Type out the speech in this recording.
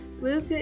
Luke